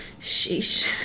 sheesh